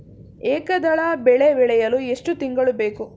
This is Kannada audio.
ಏಕದಳ ಬೆಳೆ ಬೆಳೆಯಲು ಎಷ್ಟು ತಿಂಗಳು ಬೇಕು?